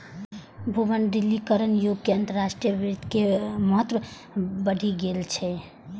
भूमंडलीकरणक युग मे अंतरराष्ट्रीय वित्त के महत्व बढ़ि गेल छै